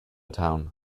town